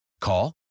Call